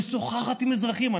משוחחת עם אזרחים,